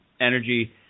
energy